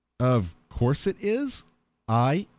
of course it is i,